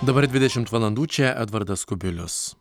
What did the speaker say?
dabar dvidešimt valandų čia edvardas kubilius